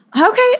Okay